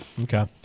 Okay